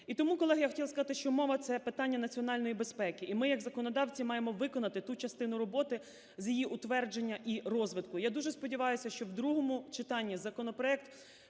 І тому, колеги, я хотіла сказати, що мова – це питання національної безпеки. І ми як законодавці маємо виконати ту частину роботи з її утвердження і розвитку. Я дуже сподіваюся, що в другому читанні законопроект